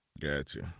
Gotcha